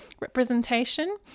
representation